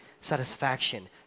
satisfaction